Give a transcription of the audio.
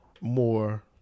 more